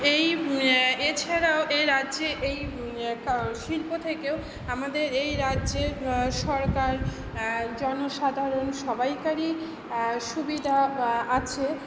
এই এছাড়াও এ রাজ্যে এই শিল্প থেকেও আমাদের এই রাজ্যের সরকার জনসাধারণ সবাইকারই সুবিধা আছে